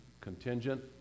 contingent